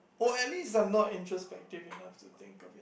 or at least I'm not introspective enough to think of it